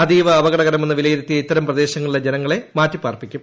അതീവ അപകടകരമെന്ന് വിലയിരുത്തിയ ഇത്തരം പ്രദേശങ്ങളിലെ ജനങ്ങളെ മാറ്റിപ്പാർപ്പിക്കും